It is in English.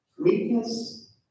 Weakness